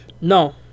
No